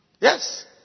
Yes